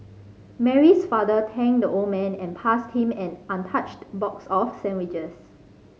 Mary's father thanked the old man and passed him an untouched box of sandwiches